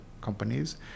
companies